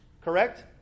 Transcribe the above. Correct